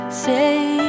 Say